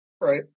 right